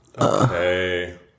Okay